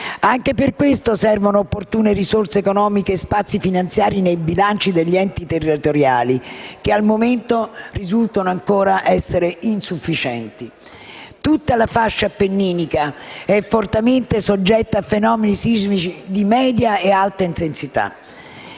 Anche per questo servono opportune risorse economiche e spazi finanziari nei bilanci degli enti territoriali, che al momento risultano essere ancora insufficienti. Tutta la fascia appenninica è fortemente soggetta a fenomeni sismici di medio-alta intensità.